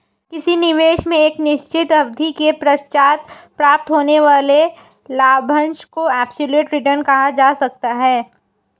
किसी निवेश में एक निश्चित अवधि के पश्चात प्राप्त होने वाले लाभांश को एब्सलूट रिटर्न कहा जा सकता है